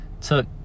Took